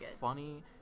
funny